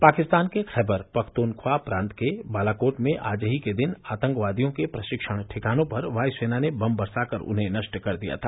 पाकिस्तान के खैबर पख्तूनख्या प्रांत के बालाकोट में आज ही के दिन आतंकवादियों के प्रशिक्षण ठिकानों पर वायुसेना ने बम बरसाकर उन्हें नष्ट कर दिया था